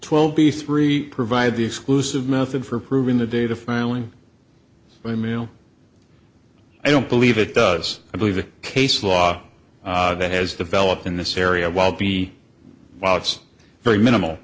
twelve b three provide the exclusive method for proving the data filing by mail i don't believe it does i believe the case law that has developed in this area while b while it's very minimal